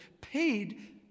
paid